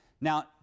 Now